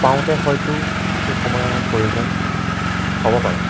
পাওঁতে হয়তো কিছু সময়ৰ প্ৰয়োজন হ'ব পাৰে